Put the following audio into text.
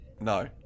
No